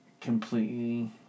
completely